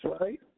right